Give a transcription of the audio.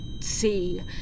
see